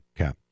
Okay